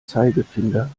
zeigefinder